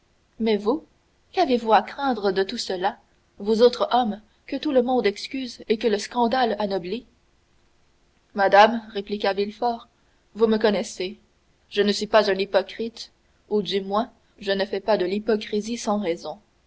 mais vous qu'avez-vous à craindre de tout cela vous autres hommes que tout le monde excuse et que le scandale anoblit madame répliqua villefort vous me connaissez je ne suis pas un hypocrite ou du moins je ne fais pas de l'hypocrisie sans raison